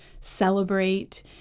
celebrate